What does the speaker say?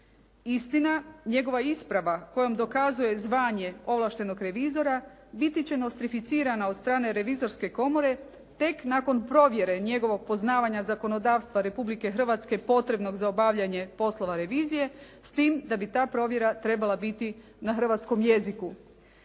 Istina, njegova isprava kojom dokazuje zvanje ovlaštenog revizora biti će nostrificirana od strane revizorske komore tek nakon provjere njegovog poznavanja zakonodavstva Republike Hrvatske potrebnog za obavljanje poslova revizije s tim da bi ta provjera trebala biti na hrvatskom jeziku.